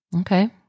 okay